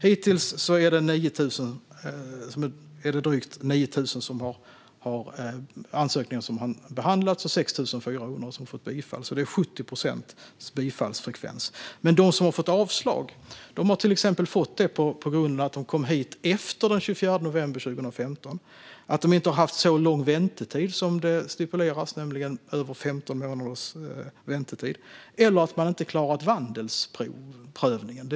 Hittills är det drygt 9 000 ansökningar som har behandlats och 6 400 som fått bifall. Det är alltså 70 procents bifallsfrekvens. De som har fått avslag har till exempel fått det på grund av att de kom hit efter den 24 november 2015, att de inte haft så lång väntetid som stipulerat, nämligen över 15 månader, eller att de inte klarat vandelsprövningen.